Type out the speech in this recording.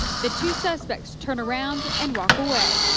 the two suspects turn around and walk away.